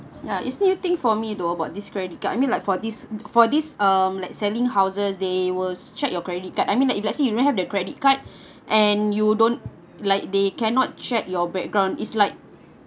ya it's new thing for me though about this credit card I mean like for this for this um like selling houses they will check your credit card I mean like if let's say you don't have the credit card and you don't like they cannot check your background it's like